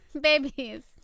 babies